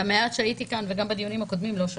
במעט שהייתי כאן וגם בדיונים הקודמים לא שמעתי.